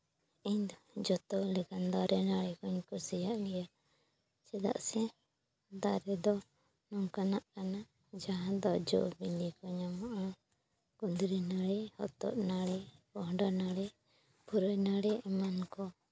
ᱤᱧ ᱫᱚ ᱡᱚᱛᱚ ᱞᱮᱠᱟᱱ ᱫᱟᱨᱮᱼᱱᱟᱹᱲᱤ ᱠᱩᱧ ᱠᱩᱥᱤᱭᱟᱜ ᱜᱮᱭᱟ ᱪᱮᱫᱟᱜ ᱥᱮ ᱫᱟᱨᱮ ᱫᱚ ᱱᱚᱝᱠᱟᱱᱟᱜ ᱠᱟᱱᱟ ᱡᱟᱦᱟᱸ ᱫᱚ ᱡᱚ ᱵᱤᱞᱤ ᱠᱚ ᱧᱟᱢᱚᱜᱼᱟ ᱠᱩᱸᱫᱽᱨᱤ ᱱᱟᱹᱲᱤ ᱦᱚᱛᱚᱫ ᱱᱟᱹᱲᱤ ᱠᱚᱸᱦᱰᱟ ᱱᱟᱹᱲᱤ ᱯᱩᱨᱟᱹᱭ ᱱᱟᱹᱲᱤ ᱮᱢᱟᱱ ᱠᱚ